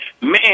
man